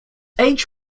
age